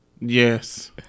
Yes